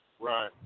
Right